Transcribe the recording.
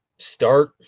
Start